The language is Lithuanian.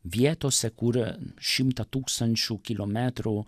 vietose kur šimtą tūkstančių kilometrų